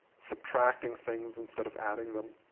subtracting things instead of adding them.